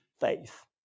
faith